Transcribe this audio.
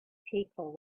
people